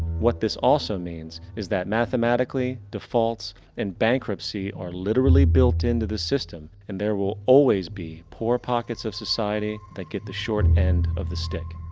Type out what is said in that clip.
what this also means, is that mathematically defaults and bankruptcy are literally built into the system. and there will always be poor pockets of society that get the short end of the stick.